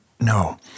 no